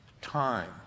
time